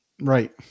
Right